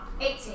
Eighteen